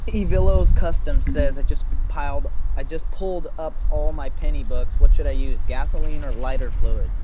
evillo's custom says i just piled. i just pulled up all my penny books what should i use gasoline or lighter fluid?